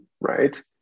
Right